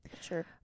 Sure